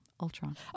Ultron